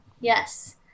Yes